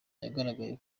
yagaragaye